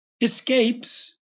escapes